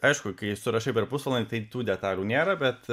aišku kai surašai per pusvalandį tai tų detalių nėra bet